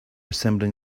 assembling